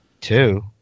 Two